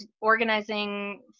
organizing